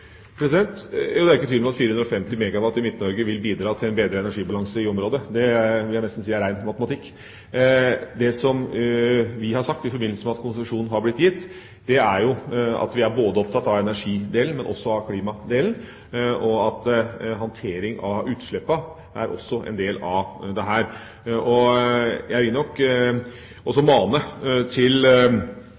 ikke tvil om at 450 MW i Midt-Norge vil bidra til en bedret energibalanse i området. Det vil jeg nesten si er ren matematikk. Det vi har sagt, i forbindelse med at konsesjon har blitt gitt, er at vi er opptatt av energidelen, men også av klimadelen, og at håndtering av utslippene også er en del av dette. Jeg vil nok også – i en vanskelig tid som vi nå er inne i – mane til